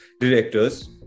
directors